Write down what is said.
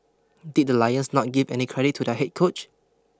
did the Lions not give any credit to their head coach